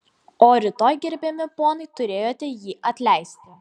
o rytoj gerbiami ponai turėjote jį atleisti